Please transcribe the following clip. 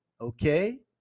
okay